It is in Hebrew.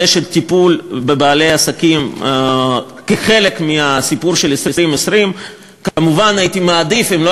של טיפול בבעלי העסקים כחלק מהסיפור של 2020. כמובן הייתי מעדיף שלא